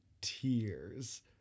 tears